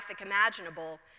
imaginable